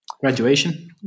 graduation